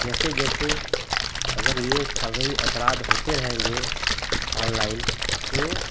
जैसे जैसे अगर यह ठगी अपराध होते रहेंगे ऑनलाइन तो